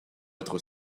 être